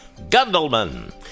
Gundelman